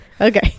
Okay